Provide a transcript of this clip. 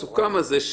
המסוכם הזה,